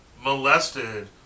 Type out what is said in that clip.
molested